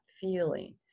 feeling